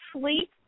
sleep